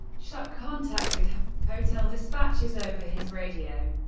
schuck contacted hotel dispatchers over his radio,